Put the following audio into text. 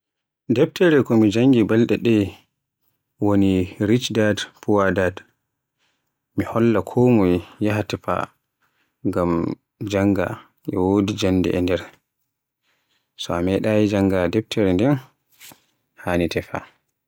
Deftere ko mi janngi balɗe de woni "Rich Dad Poor Dad" mi holla konmoye yaha tefa ngam jannga, e wodi jannde e nder. So a meɗaayi jannga deftere nden haani tefa.